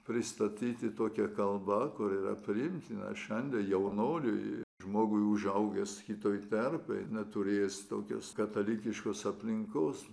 pristatyti tokia kalba kuri yra priimtina šiandien jaunuoliui žmogui užaugęs kitoj terpėj neturėjęs tokios katalikiškos aplinkos